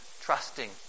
trusting